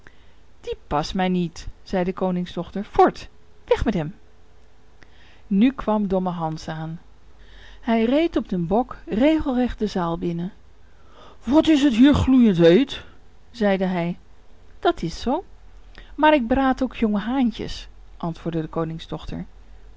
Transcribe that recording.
die past mij niet zei de koningsdochter voort weg met hem nu kwam domme hans aan hij reed op den bok regelrecht de zaal binnen wat is het hier gloeiend heet zeide hij dat is zoo maar ik braad ook jonge haantjes antwoordde de